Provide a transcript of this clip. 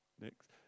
Next